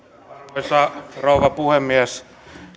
arvoisa rouva puhemies